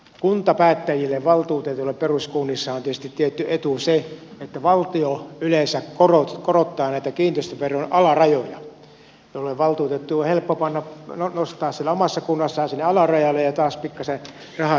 kuntapäättäjille valtuutetuille peruskunnissa on tietysti tietty etu se että valtio yleensä korottaa näitä kiinteistöveron alarajoja jolloin valtuutettujen on helppo nostaa siellä omassa kunnassaan sinne alarajalle ja taas pikkasen rahaa kertyy kassaan